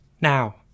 now